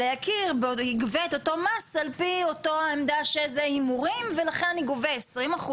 אלא יגבה את אותו מס על פי אותה עמדה שזה הימורים ולכן הוא גובה 20%,